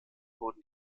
wurden